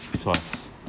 twice